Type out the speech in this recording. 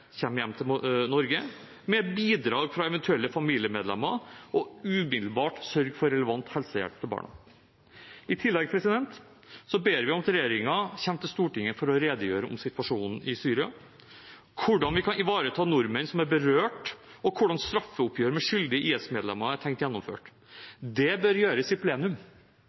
hjem til Norge, med bidrag fra eventuelle familiemedlemmer, og umiddelbart sørge for relevant helsehjelp til barna. I tillegg ber vi om at regjeringen kommer til Stortinget for å redegjøre om situasjonen i Syria, hvordan vi kan ivareta nordmenn som er berørt, og hvordan straffeoppgjør med skyldige IS-medlemmer er tenkt gjennomført. Det bør gjøres i plenum,